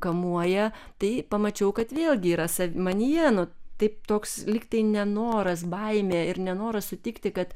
kamuoja tai pamačiau kad vėlgi yra sav manyje nu taip toks lyg tai nenoras baimė ir nenoras sutikti kad